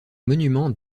monuments